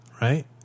right